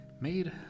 made